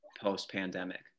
post-pandemic